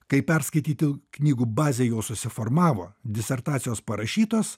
kai perskaitytų knygų bazė jau susiformavo disertacijos parašytos